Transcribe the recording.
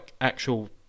actual